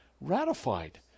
ratified